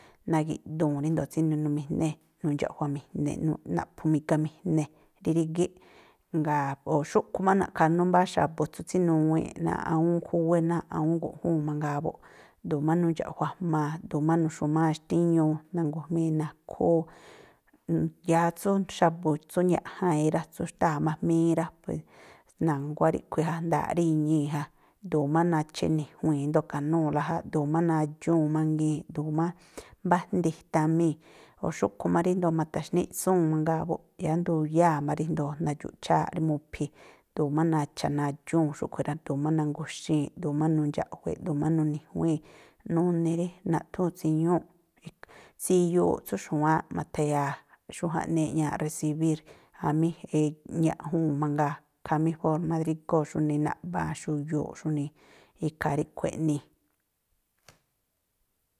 Nagi̱ꞌduu̱n ríndo̱o tsíni̱ꞌnumijnée̱, nundxa̱ꞌjua̱mi̱jne̱, naꞌphu̱mi̱ga̱mi̱jne̱ rí rígíꞌ, jngáa̱ o̱ xúꞌkhui̱ má na̱ꞌkhanú mbáá xa̱bu̱ tsú tsínuwii̱nꞌ náa̱ꞌ awúún khúwé, náa̱ꞌ awúún guꞌjúu̱n mangaa buꞌ, ꞌdu̱u̱ má nundxa̱ꞌjua̱jmaa̱, ꞌdu̱u̱ má nuxu̱máa̱ xtíñuu, nangu̱jmii̱ nakhúú, yáá tsú xa̱bu̱ tsú ña̱ꞌjanye rá, xtáa̱ má jmíñí, na̱nguá ríꞌkhui̱ ja, nda̱a̱ꞌ rí iñii̱ ja, ꞌdu̱u̱ má nacha̱ ini̱juii̱n ríndo̱o e̱ka̱núu̱la ja, ꞌdu̱u̱ má nadxúu̱n mangii̱n, ꞌdu̱u̱ má mbájndi itamii̱, o̱ xúꞌkhui̱ má ríndo̱ ma̱ta̱xníꞌtsúu̱n mangaa buꞌ, yáá nduyáa̱ má ríjndo̱o nadxu̱ꞌchááꞌ rí mu̱phi̱, ꞌdu̱u̱ má nacha̱ nadxúu̱n xúꞌkhui̱ rá, ꞌdu̱u̱ má nangu̱xii̱n, ꞌdu̱u̱ má nundxa̱ꞌjue̱, ꞌdu̱u̱ má nuni̱jŋuíi̱, nuni̱ rí naꞌthúún tsiñúu̱ꞌ, tsiyuuꞌ tsú xu̱wáánꞌ ma̱tha̱ya̱a xú jaꞌnii eꞌñaa resibír jamí ñaꞌjuu̱n mangaa, khamí fórmá drígóo̱ xújnii naꞌba̱a̱n xuyuu̱ꞌ xújnii. Ikhaa ríꞌkhui̱ eꞌnii̱.